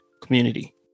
community